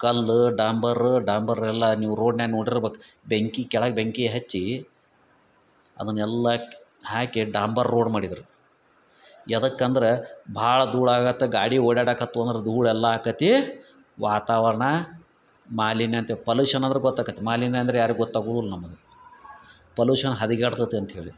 ಕಲ್ಲು ಡಾಂಬರು ಡಾಂಬರ್ ಎಲ್ಲ ನೀವು ರೋಡ್ನ್ಯಾಗ ನೋಡಿರ್ಬೇಕು ಬೆಂಕಿ ಕೆಳಗೆ ಬೆಂಕಿ ಹಚ್ಚಿ ಅದನ್ನು ಎಲ್ಲ ಕ್ ಹಾಕಿ ಡಾಂಬರ್ ರೋಡ್ ಮಾಡಿದರು ಎದಕ್ಕೆ ಅಂದ್ರೆ ಭಾಳ ಧೂಳು ಆಗತ್ತೆ ಗಾಡಿ ಓಡಾಡಕತ್ವು ಅಂದ್ರೆ ಧೂಳು ಎಲ್ಲ ಆಕತಿ ವಾತಾವರಣ ಮಾಲಿನ್ಯ ಅಂತ ಪೊಲ್ಯೂಷನ್ ಅಂದ್ರೆ ಗೊತ್ತಾಕತಿ ಮಾಲಿನ್ಯ ಅಂದ್ರೆ ಯಾರಿಗೂ ಗೊತ್ತಾಗುಲ್ಲ ನಮ್ಗೆ ಪೊಲ್ಯೂಷನ್ ಹದಗೆಡ್ತದೆ ಅಂತ ಹೇಳಿ